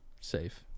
Safe